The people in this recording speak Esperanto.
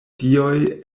dioj